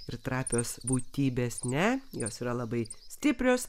ir trapios būtybės ne jos yra labai stiprios